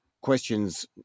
questions